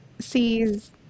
sees